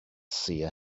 seer